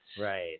Right